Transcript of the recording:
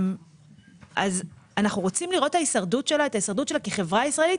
אנחנו רוצים לראות את ההישרדות שלה כחברה ישראלית.